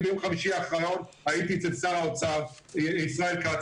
ביום חמישי האחרון הייתי אצל שר האוצר ישראל כץ,